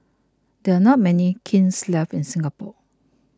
there are not many kilns left in Singapore